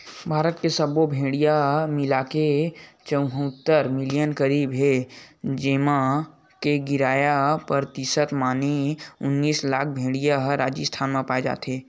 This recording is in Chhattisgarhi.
भारत म सब्बो भेड़िया मिलाके चउहत्तर मिलियन करीब हे जेमा के गियारा परतिसत माने उनियासी लाख भेड़िया ह राजिस्थान म पाए जाथे